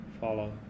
follow